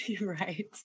Right